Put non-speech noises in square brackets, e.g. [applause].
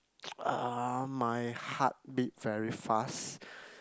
[noise] my heart beat very fast